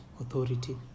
authority